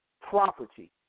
property